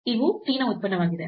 ಇವು t ನ ಉತ್ಪನ್ನವಾಗಿದೆ